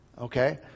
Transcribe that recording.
Okay